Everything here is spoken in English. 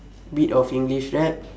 a bit of english rap